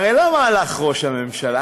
הרי למה הלך ראש הממשלה?